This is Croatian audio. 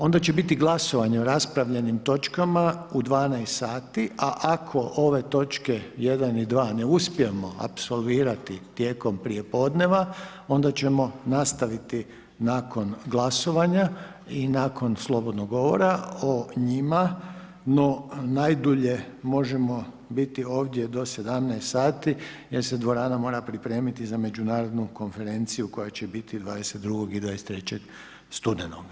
Onda će biti glasovanje o raspravljenim točkama u 12 sati a ako ove točke 1. i 2. ne uspijemo apsolvirati tijekom prijepodneva, onda ćemo nastaviti nakon glasovanja i nakon slobodnog govora o njima no najdulje možemo biti ovdje do 17 sati jer se dvorana mora pripremiti za međunarodnu konferenciju koja će biti 22. i 23. studenog.